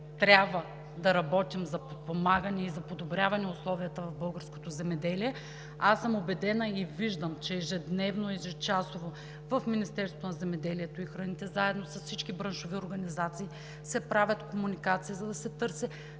трябва да работим за подпомагане и подобряване на условията в българското земеделие. Аз съм убедена и виждам, че ежедневно и ежечасово в Министерството на земеделието и храните, заедно с всички браншови организации, се правят комуникации, за да се търси